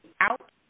out